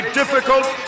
difficult